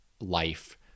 life